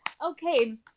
Okay